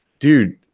dude